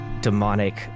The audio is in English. demonic